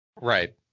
Right